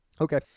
Okay